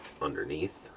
underneath